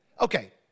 Okay